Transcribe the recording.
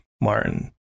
Martin